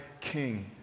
king